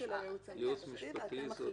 זו הצעה של הייעוץ המשפטי ואתם מחליטים.